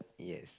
yes